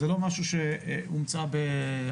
זה לא משהו שהומצא ב-2021.